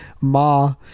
Ma